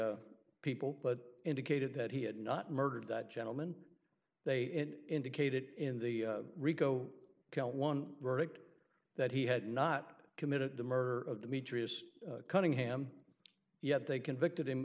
the people but indicated that he had not murdered that gentleman they indicated in the rico count one verdict that he had not committed the murder of the meter is cunningham yet they convicted him